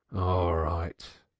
all right!